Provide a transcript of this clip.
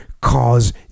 cause